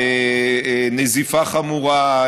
נזיפה חמורה,